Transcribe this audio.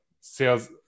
sales